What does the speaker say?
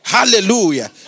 Hallelujah